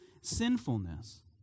sinfulness